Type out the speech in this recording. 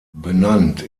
benannt